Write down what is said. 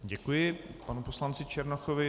Děkuji panu poslanci Černochovi.